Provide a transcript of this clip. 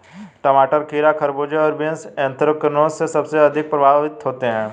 टमाटर, खीरा, खरबूजे और बीन्स एंथ्रेक्नोज से सबसे अधिक प्रभावित होते है